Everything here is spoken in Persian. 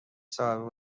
صاحب